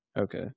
Okay